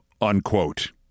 unquote